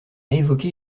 évoqué